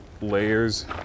layers